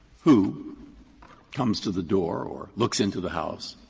who comes to the door or looks into the house,